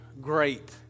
great